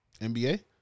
NBA